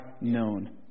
known